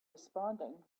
responding